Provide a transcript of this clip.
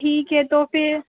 ٹھیک ہے تو پھر